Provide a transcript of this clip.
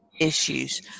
issues